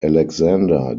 alexander